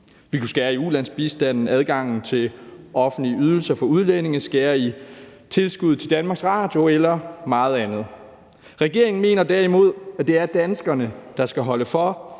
Vi kunne skære i ulandsbistanden, skære i adgangen til offentlige ydelser for udlændinge, skære i tilskuddet til DR eller meget andet. Regeringen mener derimod, at det er danskerne, der skal holde for,